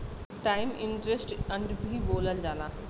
times interest earned भी बोलल जाला